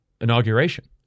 inauguration